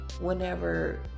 whenever